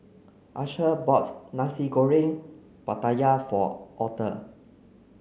Asher bought Nasi Goreng Pattaya for Arther